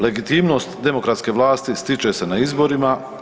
Legitimnost demokratske vlasti stiče se na izborima.